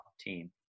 team